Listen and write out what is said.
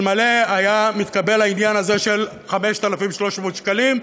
אלמלא היה מתקבל העניין הזה של 5,300 שקלים,